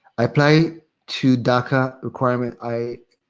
i apply to daca requirement i,